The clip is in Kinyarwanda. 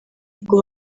ngo